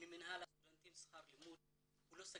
ממינהל הסטודנטים שכר לימוד הוא לא סגרגטיבי,